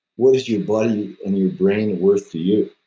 what is your body and your brain worth to you?